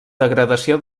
degradació